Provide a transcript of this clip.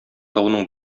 тауның